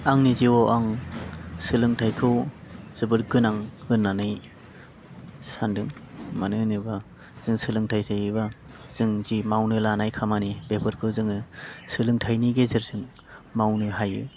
आंनि जिउआव आं सोलोंथाइखौ जोबोर गोनां होन्नानै सानदों मानो होनोबा जों सोलोंथाइ लायोबा जों जि मावनो लानाय खामानि बेफोरखौ जोङो सोलोंथाइनि गेजेरजों मावनो हायो